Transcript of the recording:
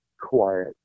quiet